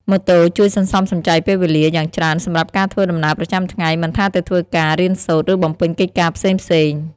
ម៉ូតូជួយ សន្សំសំចៃពេលវេលា យ៉ាងច្រើនសម្រាប់ការធ្វើដំណើរប្រចាំថ្ងៃ មិនថាទៅធ្វើការ រៀនសូត្រ ឬបំពេញកិច្ចការផ្សេងៗ ។